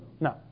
No